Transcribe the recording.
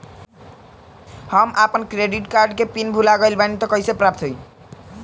हम आपन credit card के पिन भुला गइल बानी त कइसे प्राप्त होई?